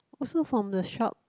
also from the shop